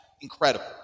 incredible